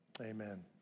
amen